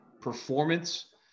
performance